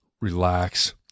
relax